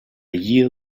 year